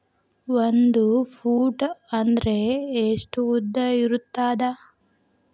ಒಂದು ಫೂಟ್ ಅಂದ್ರೆ ಎಷ್ಟು ಉದ್ದ ಇರುತ್ತದ?